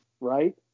right